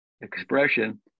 expression